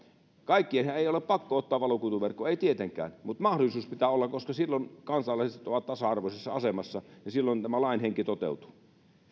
kaikkienhan ei ole pakko ottaa valokuituverkkoa ei tietenkään mutta mahdollisuus pitää olla koska silloin kansalaiset ovat tasa arvoisessa asemassa ja silloin tämä lain henki toteutuu